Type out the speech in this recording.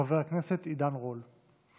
חבר הכנסת עידן רול.